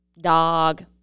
dog